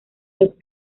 los